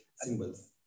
symbols